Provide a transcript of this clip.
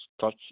touch